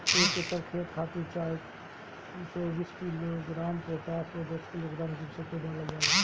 एक एकड़ खेत खातिर चौबीस किलोग्राम पोटाश व दस किलोग्राम जिंक सल्फेट डालल जाला?